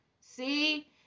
See